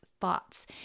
thoughts